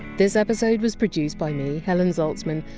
this episode was produced by me, helen zaltzman.